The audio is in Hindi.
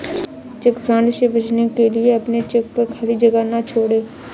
चेक फ्रॉड से बचने के लिए अपने चेक पर खाली जगह ना छोड़ें